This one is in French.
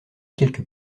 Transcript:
quelques